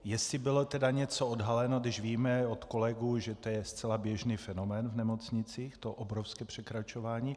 Jestli bylo něco odhaleno, když víme od kolegů, že to je zcela běžný fenomén v nemocnicích, to obrovské překračování.